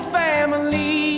family